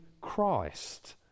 Christ